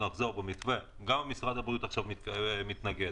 גם משרד הבריאות עכשיו מתנגד.